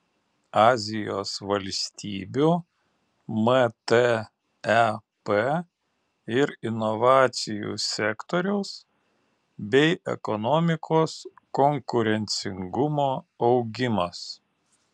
azijos valstybių mtep ir inovacijų sektoriaus bei ekonomikos konkurencingumo augimas